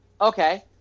Okay